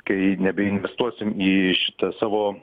kai nebeinvestuosim į šitą savo